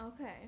Okay